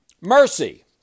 mercy